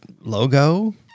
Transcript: logo